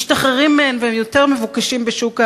משתחררים מהן והם יותר מבוקשים בשוק העבודה,